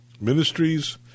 Ministries